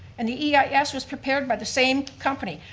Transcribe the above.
and the eis was prepared by the same company,